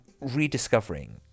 rediscovering